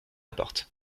porte